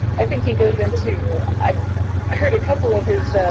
i think he goes into, i heard a couple of his, ah,